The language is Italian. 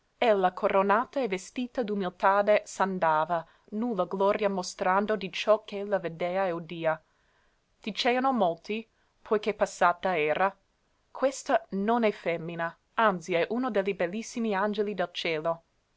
credesse ella coronata e vestita d'umilitade s'andava nulla gloria mostrando di ciò ch'ella vedea e udia diceano molti poi che passata era questa non è femmina anzi è uno de li bellissimi angeli del cielo